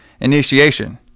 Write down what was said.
initiation